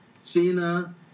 Cena